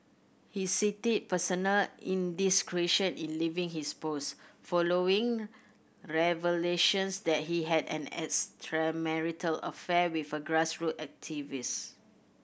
he cited personal indiscretion in leaving his post following revelations that he had an extramarital affair with a grassroot activist